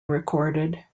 recorded